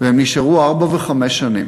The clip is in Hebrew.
והם נשארו ארבע וחמש שנים,